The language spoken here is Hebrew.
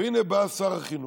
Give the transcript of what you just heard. והינה, בא שר החינוך,